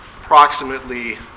approximately